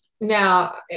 Now